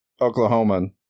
Oklahoman